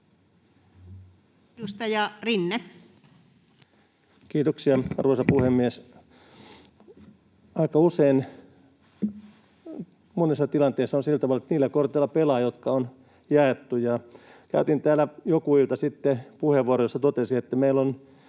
Kiitoksia, arvoisa puhemies! Aika usein, monessa tilanteessa on sillä tavalla, että niillä korteilla pelaa, jotka on jaettu, ja käytin täällä joku ilta sitten puheenvuoron, jossa totesin, että meillä on